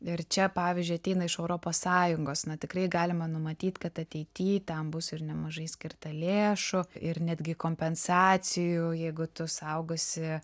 ir čia pavyzdžiui ateina iš europos sąjungos na tikrai galima numatyt kad ateity ten bus ir nemažai skirta lėšų ir netgi kompensacijų jeigu tu saugosi